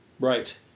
Right